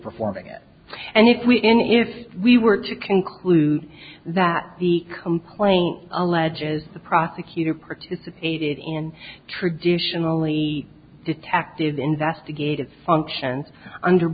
performing and if we in if we were to conclude that the complaint alleges the prosecutor participated in traditionally detective investigative function under